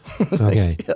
Okay